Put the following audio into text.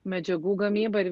medžiagų gamyba ir